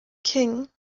king